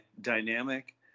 dynamic